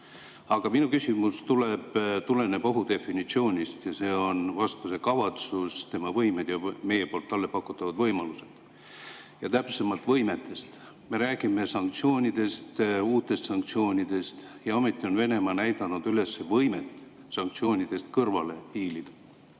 Aga minu küsimus tuleneb ohudefinitsioonist – see on vastase kavatsus, tema võimed ja meie pakutavad võimalused. Ja täpsemalt võimetest. Me räägime sanktsioonidest, uutest sanktsioonidest, ja ometi on Venemaa näidanud üles võimet sanktsioonidest kõrvale hiilida.